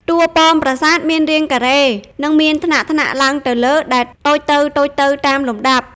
តួប៉មប្រាសាទមានរាងការ៉េ និងមានថ្នាក់ៗឡើងទៅលើដែលតូចទៅៗតាមលំដាប់។